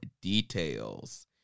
details